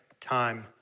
time